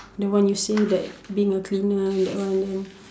that one you said that being a cleaner that one